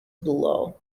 below